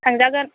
थांजागोन